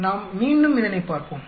நாம் மீண்டும் இதனைப் பார்ப்போம்